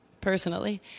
Personally